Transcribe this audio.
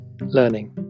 learning